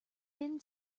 thin